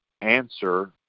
answer